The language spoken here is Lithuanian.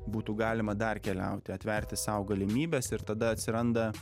būtų galima dar keliauti atverti sau galimybes ir tada atsiranda